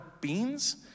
Beans